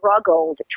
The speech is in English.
struggled